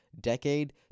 decade